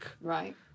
Right